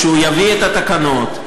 כשהוא יביא את התקנות,